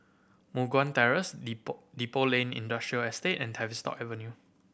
Moh Guan Terrace Depot Depot Lane Industrial Estate and Tavistock Avenue